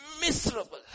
miserable